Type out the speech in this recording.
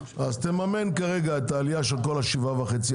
תממן כרגע את העלייה של כל 7.5%,